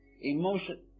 emotion